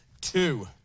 two